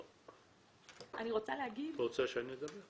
את רוצה שאני אדבר?